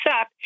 up